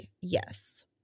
yes